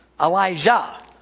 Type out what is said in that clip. Elijah